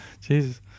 Jesus